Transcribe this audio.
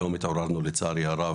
היום התעוררנו לצערי הרב,